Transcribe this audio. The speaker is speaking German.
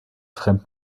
fremden